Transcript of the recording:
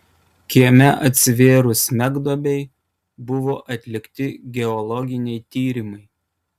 kieme atsivėrus smegduobei buvo atlikti geologiniai tyrimai